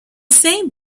same